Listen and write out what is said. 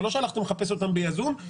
זה לא שהלכתם לחפש אותם בצורה יזומה,